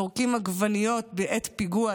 זורקים עגבניות בעת פיגוע.